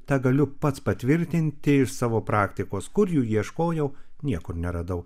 tegaliu pats patvirtinti iš savo praktikos kur jų ieškojau niekur neradau